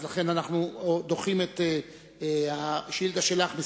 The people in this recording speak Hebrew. אז לכן אנחנו דוחים את השאילתא שלך בכמה